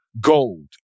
gold